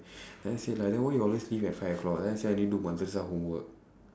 and then she like then why you always finish at five o-clock then she like she never do like my homework